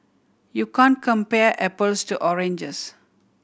you can't compare apples to oranges